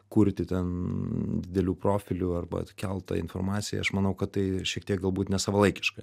kurti ten didelių profilių arba kelt tą informaciją aš manau kad tai šiek tiek galbūt nesavalaikiška